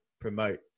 promote